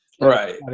Right